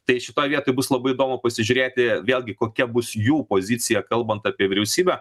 tai šitoj vietoj bus labai įdomu pasižiūrėti vėlgi kokia bus jų pozicija kalbant apie vyriausybę